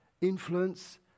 influence